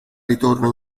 ritorno